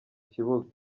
kibuga